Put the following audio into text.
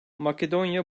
makedonya